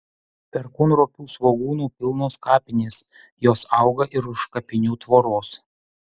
perkūnropių svogūnų pilnos kapinės jos auga ir už kapinių tvoros